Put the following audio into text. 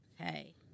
Okay